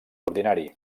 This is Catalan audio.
ordinari